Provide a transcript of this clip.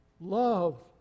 love